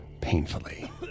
painfully